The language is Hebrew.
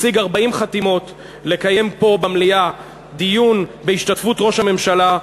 השיג 40 חתימות לקיים פה במליאה דיון בהשתתפות ראש הממשלה,